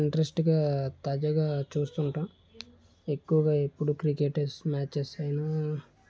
ఇంట్రస్ట్గా తాజాగా చూస్తుంటాం ఎక్కువగా ఎప్పుడు క్రికెట్ మ్యాచ్స్ ను